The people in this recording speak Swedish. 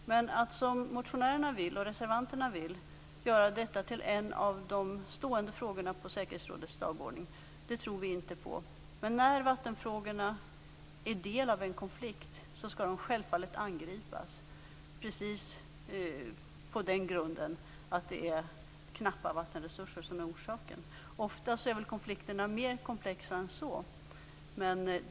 Men att, som motionärerna och reservanterna vill, göra detta till en av de stående frågorna på säkerhetsrådets dagordning tror vi inte på. När vattenfrågorna är del av en konflikt skall de självfallet angripas, precis på den grunden, att det är knappa vattenresurser som är orsaken. Ofta är konflikterna mer komplexa än så.